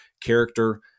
Character